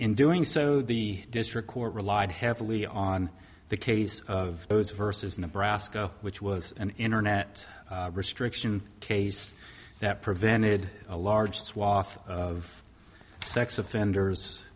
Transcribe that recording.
in doing so the district court relied heavily on the case of those vs nebraska which was an internet restriction case that prevented a large swath of sex offenders